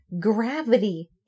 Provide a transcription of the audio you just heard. gravity